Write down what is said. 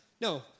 no